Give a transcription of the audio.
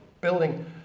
Building